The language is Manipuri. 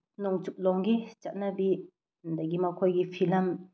ꯅꯣꯡꯆꯨꯞ ꯂꯣꯝꯒꯤ ꯆꯠꯅꯕꯤ ꯑꯗꯒꯤ ꯃꯈꯣꯏꯒꯤ ꯐꯤꯂꯝ